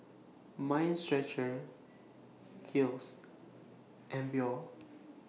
Mind Stretcher Kiehl's and Biore